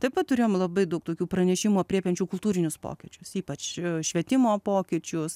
taip pat turėjom labai daug tokių pranešimų aprėpiančių kultūrinius pokyčius ypač švietimo pokyčius